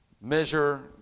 measure